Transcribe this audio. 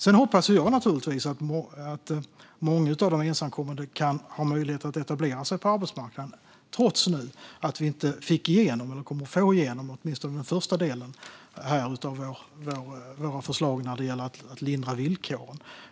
Sedan hoppas jag naturligtvis att många av de ensamkommande har möjlighet att etablera sig på arbetsmarknaden, trots att vi inte kommer att få igenom åtminstone den första delen av våra förslag om att lindra villkoren.